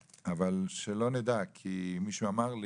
שלא נדע, כי מישהו אמר לי,